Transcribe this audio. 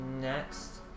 next